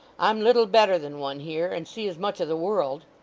i'm little better than one here, and see as much of the world